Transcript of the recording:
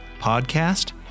podcast